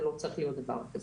לא צריך להיות דבר כזה.